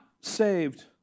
saved